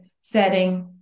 setting